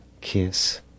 kiss